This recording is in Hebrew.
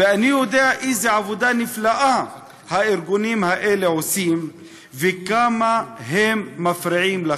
ואני יודע איזה עבודה נפלאה הארגונים האלה עושים וכמה הם מפריעים לכם.